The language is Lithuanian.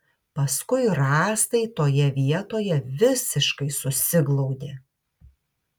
paskui rąstai toje vietoje visiškai susiglaudė